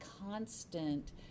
constant